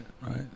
right